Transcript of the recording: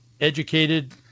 Educated